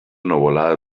nuvolada